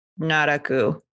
Naraku